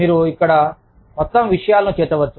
మీరు ఇక్కడ మొత్తం విషయాలను చేర్చవచ్చు